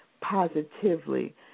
Positively